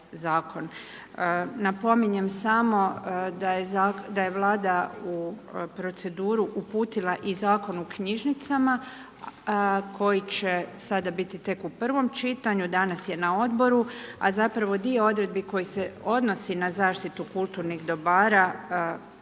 Napominjem samo da je Vlada u proceduru uputila i Zakon o knjižnicama koji će sada biti tek u prvom čitanju, danas je na odboru, a zapravo dio odredbi koji se odnosi na zaštitu kulturnih dobara